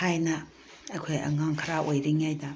ꯊꯥꯏꯅ ꯑꯩꯈꯣꯏ ꯑꯉꯥꯡ ꯈꯔ ꯑꯣꯏꯔꯤꯉꯩꯗ